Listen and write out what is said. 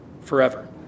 forever